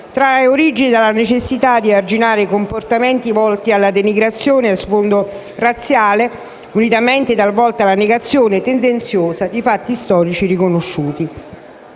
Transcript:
trae origine dalla necessità di arginare i comportamenti volti alla denigrazione a sfondo razziale, unitamente, talvolta, alla negazione tendenziosa di fatti storici riconosciuti.